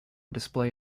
display